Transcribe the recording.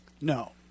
No